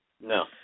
No